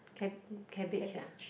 cab~ cabbage uh